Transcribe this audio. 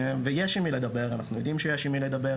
ויש עם מי לדבר, אנחנו יודעים שיש עם מי לדבר.